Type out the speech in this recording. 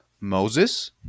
Moses